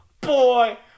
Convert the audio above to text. boy